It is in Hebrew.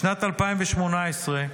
בשנת 2018,